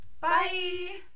Bye